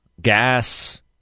Gas